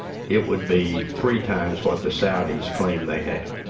it would be three times what the saudis claim they have.